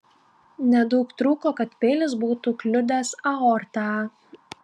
nedaug trūko kad peilis būtų kliudęs aortą